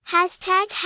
Hashtag